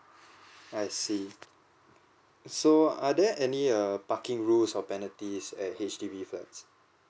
I see so are there any err parking rules or penalties at H_D_B flats